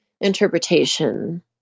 interpretation